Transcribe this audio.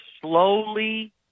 slowly